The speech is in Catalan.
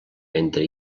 entre